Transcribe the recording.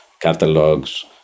catalogs